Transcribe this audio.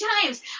times